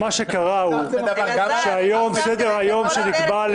מה שקרה הוא שסדר היום שנקבע היום